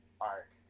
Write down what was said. arc